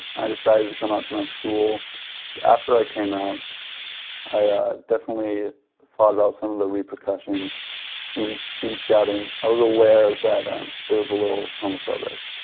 i decided to come out my school after i came out i definitely thought about some of the repercussions in so in scouting i was aware that it was a little homophobic.